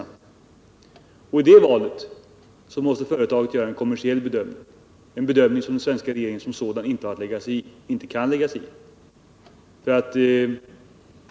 I det valet måste företaget göra en kommersiell bedömning, en bedömning som den svenska regeringen som sådan inte har att eller kan lägga sig i.